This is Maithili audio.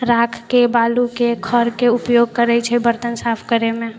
राखके बालूके खरके उपयोग करै छै बरतन साफ करैमे